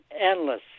endless